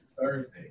Thursday